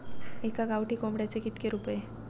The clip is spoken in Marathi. एका गावठी कोंबड्याचे कितके रुपये?